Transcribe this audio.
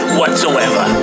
whatsoever